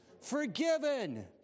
Forgiven